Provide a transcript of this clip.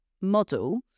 model